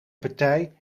partij